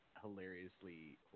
hilariously